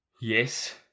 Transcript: Yes